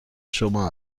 شما